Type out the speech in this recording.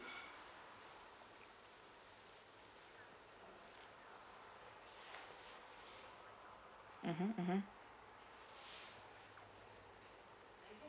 mmhmm mmhmm